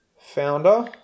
Founder